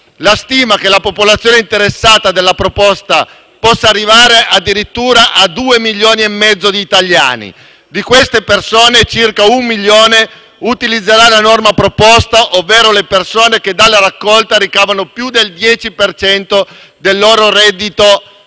La stima è che la popolazione interessata dalla proposta possa arrivare addirittura a due milioni e mezzo di italiani; di queste persone, circa un milione utilizzerà la norma proposta, ovvero le persone che dalla raccolta ricavano più del 10 per cento del loro reddito familiare.